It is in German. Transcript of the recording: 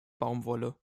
baumwolle